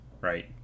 right